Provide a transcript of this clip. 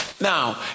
now